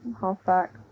halfback